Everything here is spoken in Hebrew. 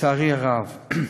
לצערי הרב,